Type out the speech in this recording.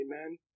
Amen